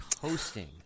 hosting